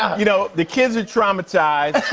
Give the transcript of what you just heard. you know, the kids are traumatized.